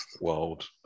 world